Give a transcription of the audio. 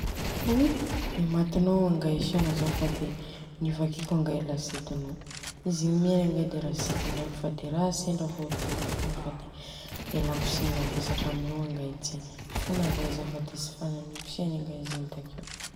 Oiii, de matinô angay siogna zaho fa dia nivakiko anvayyi lasetinô. Izy iny mi any angay de tsy kiniako fa fade ra sendra vôndogna fogna fade ialako tsigny mavesatra aminô angay ty. Mifona angay zao fa tsy fananiko si any angay izy in takeo.